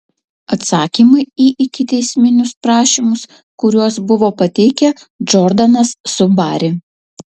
atsakymai į ikiteisminius prašymus kuriuos buvo pateikę džordanas su bari